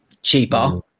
Cheaper